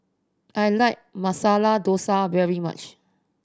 I like Masala Dosa very much